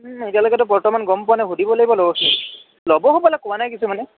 এতিয়ালৈকেতো বৰ্তমান গম পোৱা নাই সুধিব লাগিব লগৰখিনিক ল'ব হ'বলা কোৱা নাই কিছুমানে